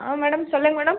ஆ madam சொல்லுங்கள் madam